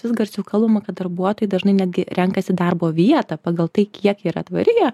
vis garsiau kalbama kad darbuotojai dažnai netgi renkasi darbo vietą pagal tai kiek yra tvari ji